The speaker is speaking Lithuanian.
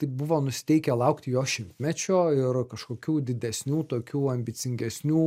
taip buvo nusiteikę laukti jo šimtmečio ir kažkokių didesnių tokių ambicingesnių